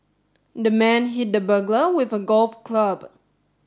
the man hit the burglar with a golf club